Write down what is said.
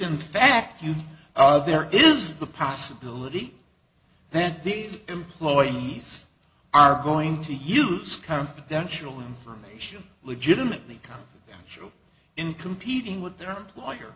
in fact you are there is the possibility that these employees are going to use confidential information legitimately confidential in competing with their